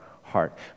heart